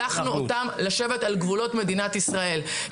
שלחנו אותם לשבת על גבולות מדינת ישראל.